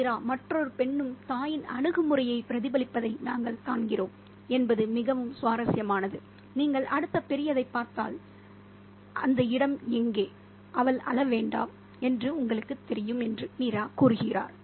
மீரா மற்றொரு பெண்ணும் தாயின் அணுகுமுறையை பிரதிபலிப்பதை நாங்கள் காண்கிறோம் என்பது மிகவும் சுவாரஸ்யமானது நீங்கள் அடுத்த பெரியதைப் பார்த்தால் அந்த இடம் எங்கே அவள் அழ வேண்டாம் என்று உங்களுக்குத் தெரியும் என்று மீரா கூறுகிறார்